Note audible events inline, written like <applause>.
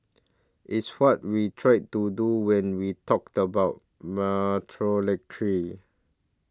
it's what we try to do when we talked about <unintelligible>